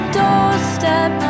doorstep